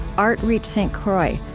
artreach st. croix,